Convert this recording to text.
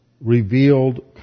revealed